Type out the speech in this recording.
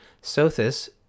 Sothis